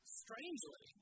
strangely